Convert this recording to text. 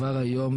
כבר היום,